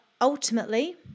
ultimately